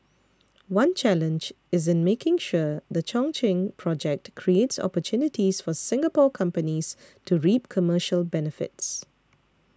one challenge is in making sure the Chongqing project creates opportunities for Singapore companies to reap commercial benefits